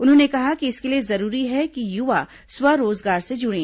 उन्होंने कहा कि इसके लिए जरूरी है कि युवा स्व रोजगार से जुड़े